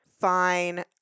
Fine